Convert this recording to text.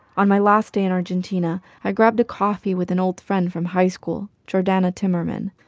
on my last day in argentina, i grabbed a coffee with an old friend from high school, jordana timmerman.